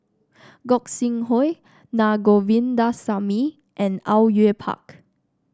Gog Sing Hooi Na Govindasamy and Au Yue Pak